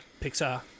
Pixar